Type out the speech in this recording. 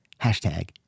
Hashtag